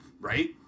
Right